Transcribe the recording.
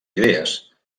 idees